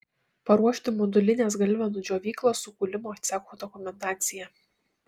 paruošti modulinės galvenų džiovyklos su kūlimo cechu dokumentaciją